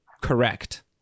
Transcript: correct